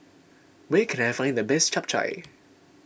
where can I find the best Chap Chai